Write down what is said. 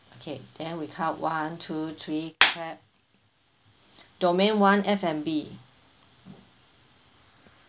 okay then we count one two three clap domain one f and b